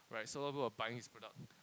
right so a lot of people was buying his product